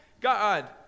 God